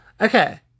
Okay